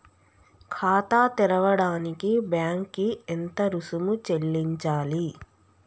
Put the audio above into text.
ఖాతా తెరవడానికి బ్యాంక్ కి ఎంత రుసుము చెల్లించాలి?